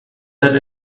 that